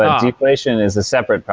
ah deflation is a separate